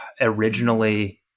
originally